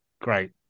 great